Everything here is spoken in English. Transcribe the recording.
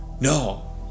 No